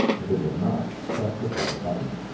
if it does not, press the power button.